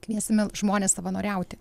kviesime žmones savanoriauti